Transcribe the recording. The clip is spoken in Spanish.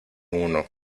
uno